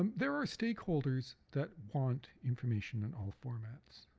um there are stakeholders that want information on all formats.